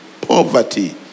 poverty